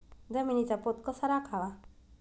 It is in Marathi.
जमिनीचा पोत कसा राखावा?